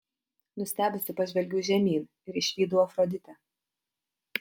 nustebusi pažvelgiau žemyn ir išvydau afroditę